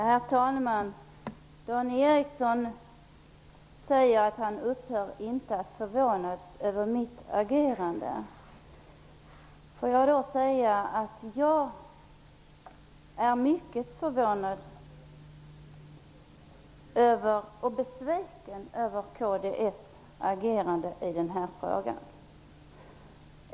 Herr talman! Dan Ericsson i Kolmården säger att han inte upphör att förvånas över mitt agerande. Låt mig då säga att jag är mycket förvånad och besviken över kds agerande i den här frågan.